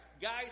Guys